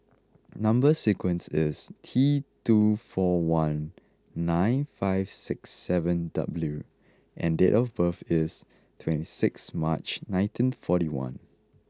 number sequence is T two four one nine five six seven W and date of birth is twenty six March nineteen forty one